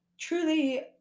Truly